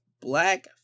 black